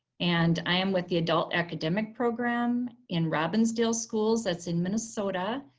and i'm with the adult academic program in robbinsdale schools, that's in minnesota.